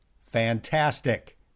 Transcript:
fantastic